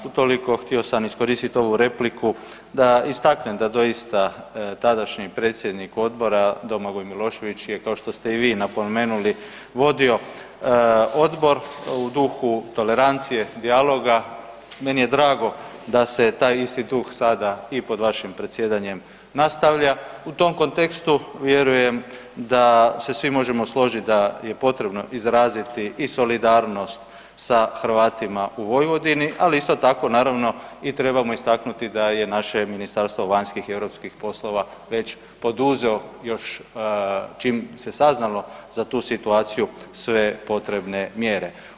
Utoliko, htio sam iskoristiti ovu repliku da istaknem da doista tadašnji predsjednik Odbora Domagoj Milošević je, kao što ste i vi napomenuli, vodio Odbor u duhu tolerancije, dijaloga, meni je drago da se taj institut sada i pod vašim predsjedanjem nastavlja, u tom kontekstu vjerujem da se svi možemo složiti da je potrebno izraziti i solidarnost sa Hrvatima u Vojvodini, ali isto tako, naravno i trebamo istaknuti da je naše Ministarstvo vanjskih i europskih poslova već poduzeo još, čim se saznalo za tu situaciju sve potrebne mjere.